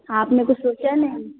आपने कुछ सोचा नहीं